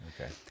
Okay